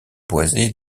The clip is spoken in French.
boisé